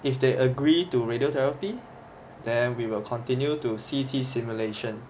if they agree to radiotherapy then we will continue to C_T simulation